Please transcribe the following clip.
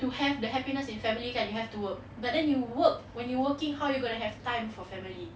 to have the happiness in family kan you have to work but then you work when you working how you gonna have time for family